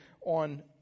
on